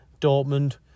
Dortmund